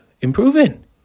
improving